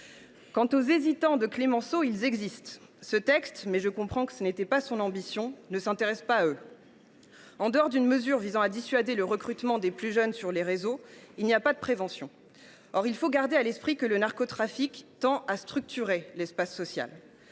Quant aux « hésitants » de Clemenceau, ils existent. Ce texte, dont je comprends que ce n’est pas l’ambition, ne s’intéresse pas à eux. En dehors d’une mesure visant à dissuader le recrutement des plus jeunes par les réseaux, aucun dispositif de prévention n’est prévu. Or il faut garder à l’esprit que le narcotrafic tend à structurer l’espace social.